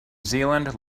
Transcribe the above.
zealand